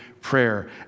prayer